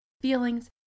feelings